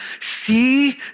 See